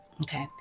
Okay